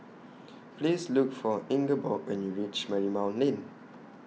Please Look For Ingeborg when YOU REACH Marymount Lane